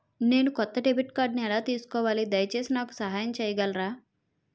నేను కొత్త డెబిట్ కార్డ్ని ఎలా తీసుకోవాలి, దయచేసి నాకు సహాయం చేయగలరా?